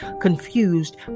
Confused